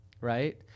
right